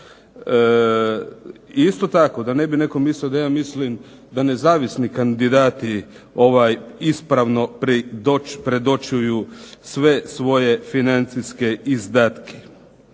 Isto tako da ne bi netko mislio da ja mislim da nezavisni kandidati ispravno predočuju sve svoje financijske izdatke.